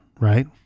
right